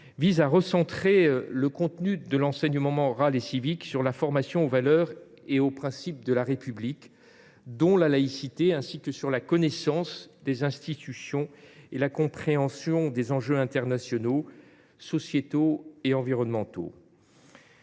texte recentre le contenu de l’enseignement moral et civique (EMC) sur la formation aux valeurs et aux principes de la République, y compris la laïcité, ainsi que sur la connaissance des institutions et la compréhension des enjeux internationaux, sociétaux et environnementaux.